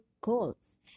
goals